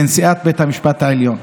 לנשיאת בית המשט העליון,